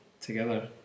together